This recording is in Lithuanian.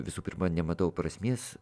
visų pirma nematau prasmės